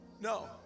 No